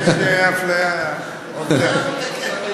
אפליה מתקנת.